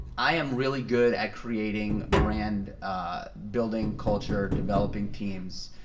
i am really good at creating brand building culture, developing teams.